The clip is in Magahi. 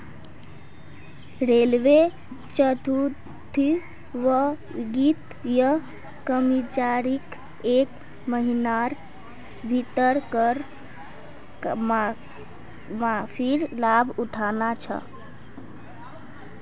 रेलवे चतुर्थवर्गीय कर्मचारीक एक महिनार भीतर कर माफीर लाभ उठाना छ